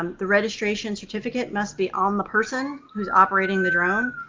um the registration certificate must be on the person who's operating the drone,